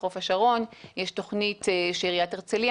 בחוף השרון יש תוכנית שעיריית הרצליה